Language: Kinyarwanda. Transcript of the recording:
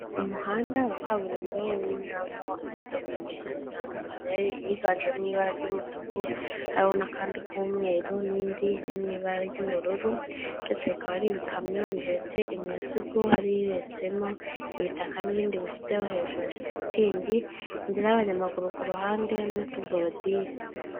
Umuhanda wa kaburimbo urimo unyuramo imodoka ebyiri zitandukanye, iyiganjemo ibara ry'umutuku, hariho n'akandi k'umweru, n'indi iri mu bara ry'ubururu, byose bikaba ari ibikamyo bihetse imizigo, hari ihetsemo ibitaka n'ibindi bifiteho hejuru shitingi, inzira y'abanyamaguru ku ruhande n'utuborodire.